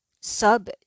sub